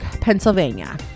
Pennsylvania